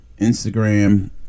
instagram